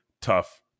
tough